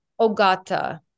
ogata